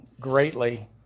greatly